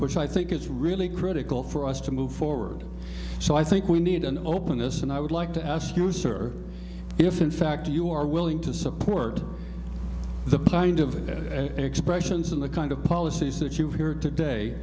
which i think is really critical for us to move forward so i think we need an openness and i would like to ask you sir if in fact you are willing to support the kind of expressions of the kind of policies that you've heard today